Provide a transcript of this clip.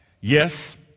Yes